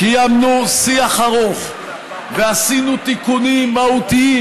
קיימנו שיח ארוך ועשינו תיקונים מהותיים,